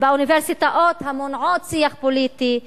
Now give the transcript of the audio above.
באוניברסיטאות המונעות שיח פוליטי,